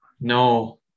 No